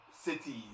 cities